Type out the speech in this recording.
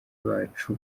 bacu